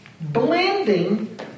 Blending